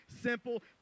simple